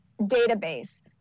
database